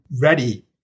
ready